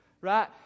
Right